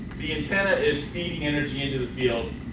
the antenna is feeding energy into the field.